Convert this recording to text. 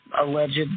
alleged